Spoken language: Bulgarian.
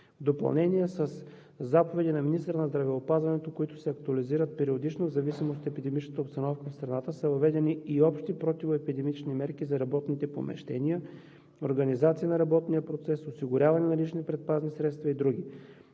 допълнение със заповеди на министъра на здравеопазването, които се актуализират периодично в зависимост от епидемичната обстановка в страната, са въведени и общи противоепидемични мерки за работните помещения, организация на работния процес, осигуряване на лични предпазни средства и други.